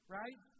right